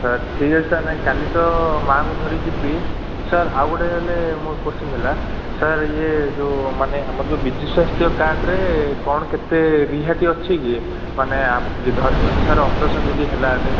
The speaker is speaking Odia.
ସାର୍ ଠିକ୍ ଅଛି ସାର୍ ନାଇଁ କାଲି ତ ମାଙ୍କୁ ଧରିଯିବି ସାର୍ ଆଉ ଗୋଟେ ହେଲେ ମୋର କୋଶ୍ଚିନ୍ ଥିଲା ସାର୍ ଇଏ ଯେଉଁ ମାନେ ଆମର ଯେଉଁ ବିଜୁ ସ୍ୱାସ୍ଥ୍ୟ କାର୍ଡ଼ରେ କ'ଣ କେତେ ରିହାତି ଅଛି କି ମାନେ ଆପ ଧରି ନିଅନ୍ତୁ ସାର୍ ଅପରେସନ୍ ଯଦି ହେଲା ହେଲେ